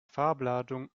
farbladung